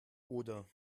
oder